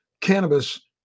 cannabis